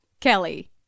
Kelly